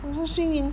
我说 xin yi